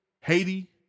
Haiti